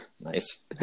Nice